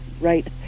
right